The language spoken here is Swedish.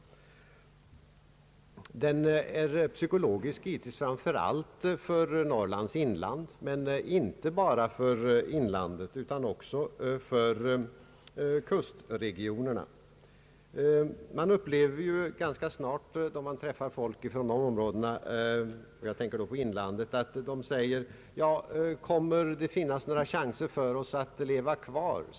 Frågan är psykologisk, givetvis framför allt för Norrlands inland, men inte bara för inlandet utan också för kustregionerna. Man upplever ganska snart då man träffar människor från inlandet att de säger: Kommer det att finnas några chanser för oss att leva kvar?